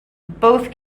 both